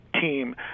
team